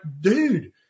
dude